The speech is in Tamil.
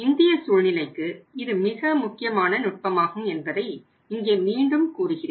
இந்திய சூழ்நிலைக்கு இது மிக முக்கியமான நுட்பமாகும் என்பதை இங்கே மீண்டும் கூறுகிறேன்